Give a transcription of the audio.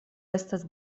estas